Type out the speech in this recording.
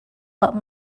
what